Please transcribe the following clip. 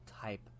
type